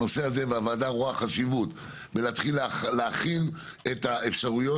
הוועדה רואה חשיבות בלהתחיל להכין את האפשרויות